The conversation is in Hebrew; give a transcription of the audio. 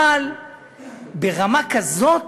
אבל ברמה כזאת?